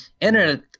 internet